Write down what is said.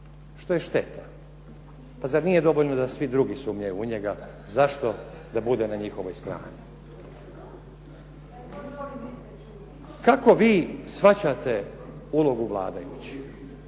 što je šteta. Zar nije dovoljno da svi drugi sumnjaju u njega zašto da bude u njihovoj strani? Kako vi shvaćate ulogu vladajućih?